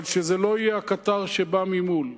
אבל שזה לא יהיה הקטר שבא ממול.